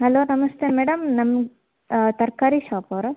hello ನಮಸ್ತೆ madam ನಮ್ಮ ತರಕಾರಿ ಶಾಪ್ ಅವ್ರಾ